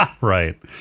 Right